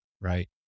right